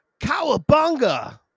Cowabunga